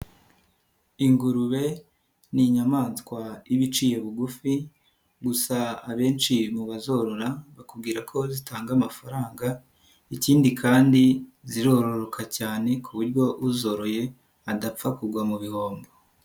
Ingurube ni inyamaswa iba iciye bugufi gusa abenshi mu bazorora bakubwira ko zitanga amafaranga, ikindi kandi zirororoka cyane ku buryo uzoroye adapfa kugwa mu bihombo.